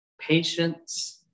patience